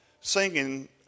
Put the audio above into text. singing